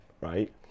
Right